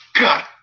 God